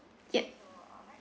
yup